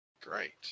Great